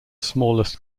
smallest